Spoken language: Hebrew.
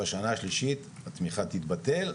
בשנה השלישית התמיכה תתבטל.